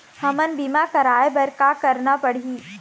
हमन बीमा कराये बर का करना पड़ही?